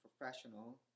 professional